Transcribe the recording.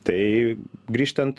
tai grįžtant